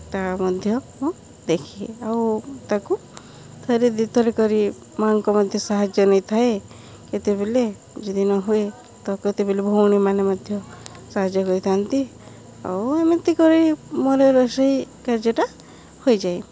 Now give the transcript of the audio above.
ତାହା ମଧ୍ୟ ମୁଁ ଦେଖି ଆଉ ତାକୁ ଥରେ ଦୁଇ ଥର କରି ମା'ଙ୍କ ମଧ୍ୟ ସାହାଯ୍ୟ ନେଇଥାଏ କେତେବେଳେ ଯଦି ନ ହୁଏ ତ କେତେବେଳେ ଭଉଣୀମାନେ ମଧ୍ୟ ସାହାଯ୍ୟ କରିଥାନ୍ତି ଆଉ ଏମିତି କରି ମୋର ରୋଷେଇ କାର୍ଯ୍ୟଟା ହୋଇଯାଏ